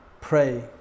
pray